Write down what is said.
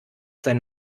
sein